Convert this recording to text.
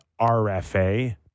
RFA